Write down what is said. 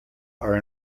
are